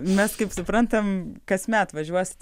mes kaip suprantam kasmet važiuosit